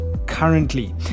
currently